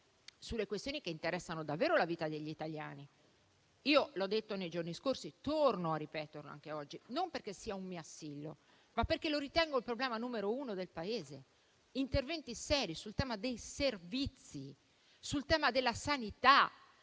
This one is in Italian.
sulle questioni che interessano davvero la vita degli italiani. L'ho detto nei giorni scorsi e torno a ripeterlo anche oggi, non perché sia un mio assillo, ma perché lo ritengo il problema numero uno del Paese: occorrono interventi seri sul tema dei servizi e della sanità.